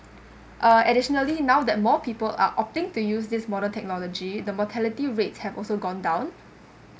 uh additionally now that more people are opting to use this modern technology the mortality rates have also gone down